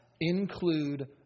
include